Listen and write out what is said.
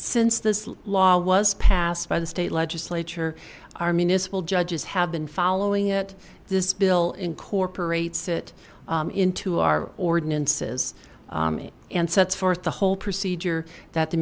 since this law was passed by the state legislature our municipal judges have been following it this bill incorporates it into our ordinances and sets forth the whole procedure that the